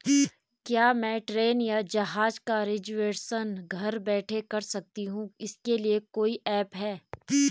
क्या मैं ट्रेन या जहाज़ का रिजर्वेशन घर बैठे कर सकती हूँ इसके लिए कोई ऐप है?